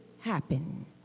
happen